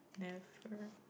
never